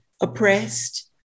oppressed